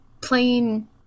playing